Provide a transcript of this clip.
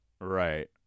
Right